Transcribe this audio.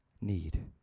need